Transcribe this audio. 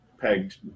pegged